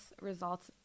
results